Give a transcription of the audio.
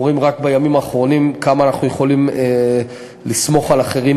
אנחנו רואים רק בימים האחרונים כמה אנחנו יכולים לסמוך על אחרים,